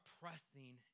pressing